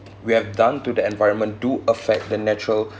we have done to the environment do affect the natural